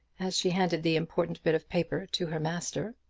as she handed the important bit of paper to her master.